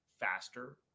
faster